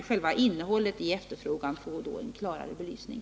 Själva innehållet i efterfrågan får emellertid då en klarare belysning.